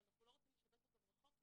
אבל אנחנו לא רוצים לשבץ אותו רחוק כי